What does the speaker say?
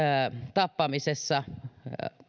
tappamisessa